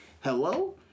Hello